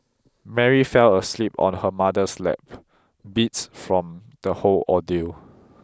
Mary fell asleep on her mother's lap beat from the whole ordeal